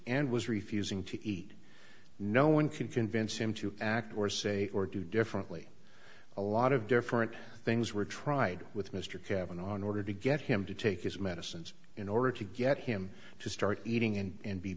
and was refusing to eat no one can convince him to act or say or do differently a lot of different things were tried with mr cavanaugh in order to get him to take his medicines in order to get him to start eating and be